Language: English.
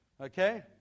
Okay